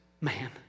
man